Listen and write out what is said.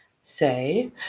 say